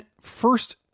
first